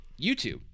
YouTube